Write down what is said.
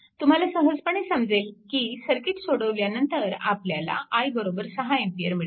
तुम्हाला सहजपणे समजेल की सर्किट सोडवल्यानंतर आपल्याला i 6A मिळते